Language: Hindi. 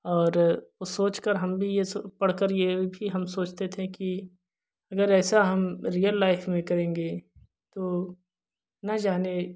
और वह सोचकर हम भी यह पढ़कर यह भी हम सोचते थे कि अगर ऐसा हम रियल लाइफ़ में करेंगे तो ना जाने